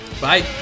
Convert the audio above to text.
Bye